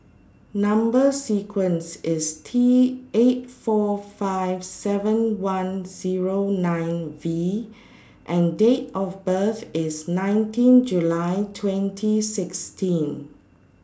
Number sequence IS T eight four five seven one Zero nine V and Date of birth IS nineteen July twenty sixteen